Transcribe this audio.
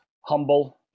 humble